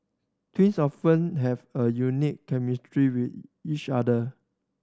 twins often have a unique chemistry with each other